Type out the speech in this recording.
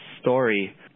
story